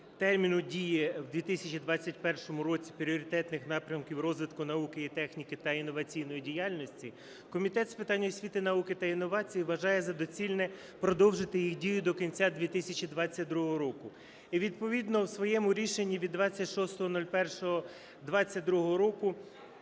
терміну дії в 2021 році пріоритетних напрямків розвитку науки і техніки та інноваційної діяльності, Комітет з питань освіти, науки та інновацій вважає за доцільне продовжити їх дію до кінця 2022 року і відповідно в своєму рішенні від 26.01.2022 року